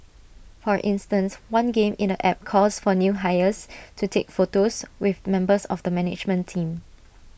for instance one game in the app calls for new hires to take photos with members of the management team